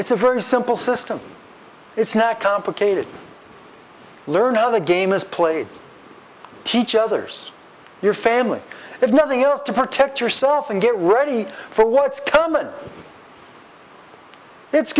it's a very simple system it's not complicated learn how the game is played teach others your family if nothing else to protect yourself and get ready for what's coming it's